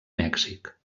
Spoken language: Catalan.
mèxic